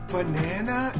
Banana